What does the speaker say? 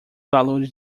valores